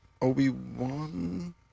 Obi-Wan